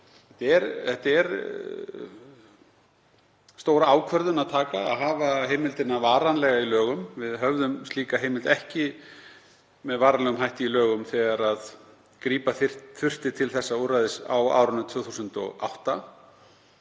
Það er stór ákvörðun að taka að hafa heimildina varanlega í lögum. Við höfðum slíka heimild ekki með varanlegum hætti í lögum þegar grípa þurfti til þessa úrræðis á árinu 2008.